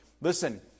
listen